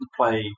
play